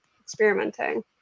experimenting